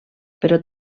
però